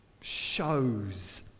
shows